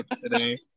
today